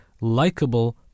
likable